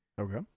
Okay